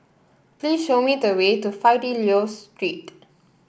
please show me the way to Fidelio Street